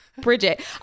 Bridget